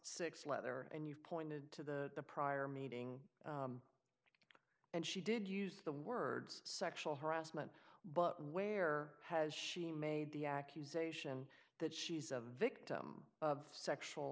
th leather and you pointed to the prior meeting and she did use the words sexual harassment but where has she made the accusation that she's a victim of sexual